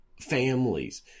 families